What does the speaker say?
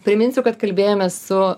priminsiu kad kalbėjomės su